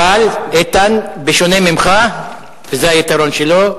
אבל, איתן, בשונה ממך, וזה היתרון שלו,